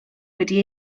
wedi